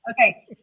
Okay